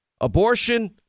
Abortion